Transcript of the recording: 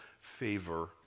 favor